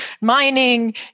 mining